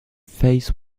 face